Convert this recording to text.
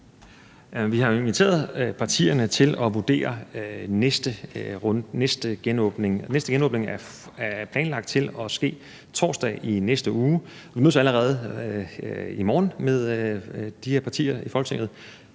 Vi har jo inviteret partierne til at vurdere den næste runde. Næste genåbning er planlagt til at ske torsdag i næste uge. Vi mødes allerede i morgen med de her partier i Folketinget